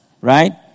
right